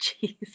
Jesus